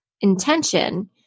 intention